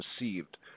received